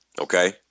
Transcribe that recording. okay